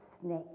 snake